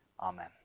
Amen